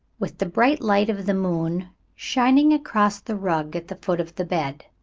with the bright light of the moon shining across the rug at the foot of the bed.